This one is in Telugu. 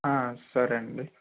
సరే అండి